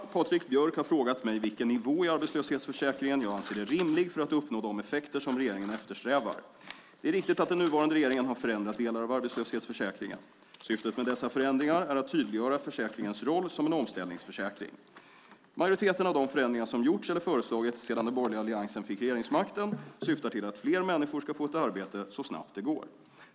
Herr talman! Patrik Björck har frågat mig vilken nivå i arbetslöshetsförsäkringen jag anser är rimlig för att uppnå de effekter som regeringen eftersträvar. Det är riktigt att den nuvarande regeringen har förändrat delar av arbetslöshetsförsäkringen. Syftet med dessa förändringar är att tydliggöra försäkringens roll som en omställningsförsäkring. Majoriteten av de förändringar som gjorts eller föreslagits sedan den borgerliga alliansen fick regeringsmakten syftar till att fler människor ska få ett arbete så snabbt det går.